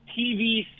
TV